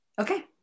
Okay